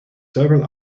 several